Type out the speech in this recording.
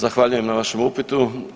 Zahvaljujem na vašem upitu.